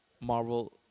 Marvel